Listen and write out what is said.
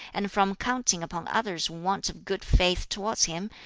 and from counting upon others' want of good faith towards him,